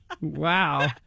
Wow